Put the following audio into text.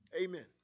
Amen